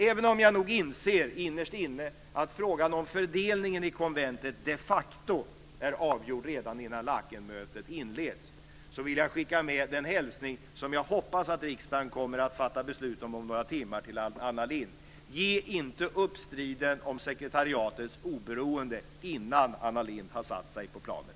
Även om jag innerst inne inser att frågan om fördelningen i konventet de facto är avgjord redan innan Laekenmötet inleds vill jag skicka med som hälsning till Anna Lindh det beslut som jag hoppas att riksdagen om några timmar kommer att fatta: Ge inte upp striden om sekretariatets oberoende innan Anna Lindh i helgen har satt sig på planet.